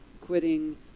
quitting